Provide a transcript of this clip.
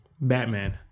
Batman